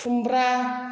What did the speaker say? खुम्ब्रा